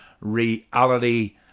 reality